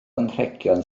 anrhegion